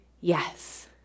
yes